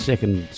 Second